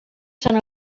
sant